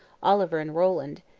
oliver and rowland,